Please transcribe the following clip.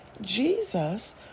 Jesus